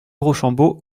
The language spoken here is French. rochambeau